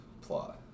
plot